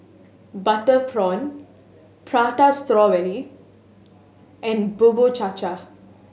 butter prawn Prata Strawberry and Bubur Cha Cha